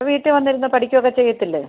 വീട്ടിൽ വന്നിരുന്ന് പഠിക്കുകയൊക്കെ ചെയ്യില്ലേ